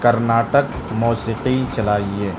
کرناٹک موسیقی چلائیے